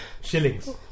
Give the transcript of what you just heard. shillings